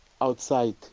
outside